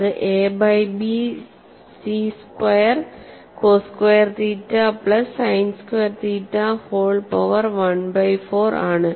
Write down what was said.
അത് A by C square cos square theta plus sine square theta whole power 1 by 4 ആണ്